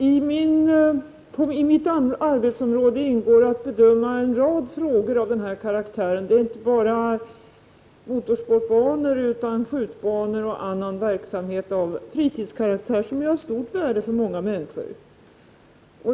Herr talman! I mitt arbetsområde ingår att bedöma en rad frågor av den här karaktären, det är inte bara motorsportbanor utan också skjutbanor och annan verksamhet av fritidskaraktär. De har stort värde för många människor.